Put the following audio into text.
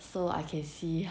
so I can see